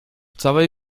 całej